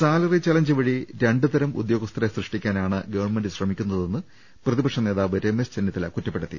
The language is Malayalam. സാലറി ചലഞ്ച് വഴി രണ്ടുതരം ഉദ്യോഗസ്ഥരെ സൃഷ്ടിക്കാനാണ് ഗവൺമെന്റ് ശ്രമിക്കുന്നതെന്ന് പ്രതിപക്ഷ നേതാവ് രമേശ് ചെന്നിത്തല കുറ്റപ്പെടുത്തി